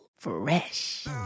Fresh